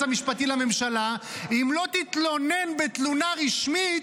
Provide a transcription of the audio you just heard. המשפטי לממשלה: אם לא תתלונן בתלונה רשמית,